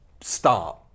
start